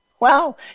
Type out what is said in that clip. wow